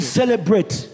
celebrate